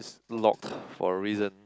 is locked for a reason